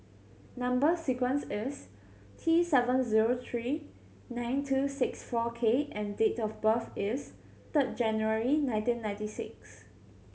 number sequence is T seven zero three nine two six four K and date of birth is third January nineteen ninety six